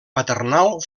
paternal